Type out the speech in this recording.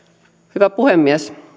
hyvä puhemies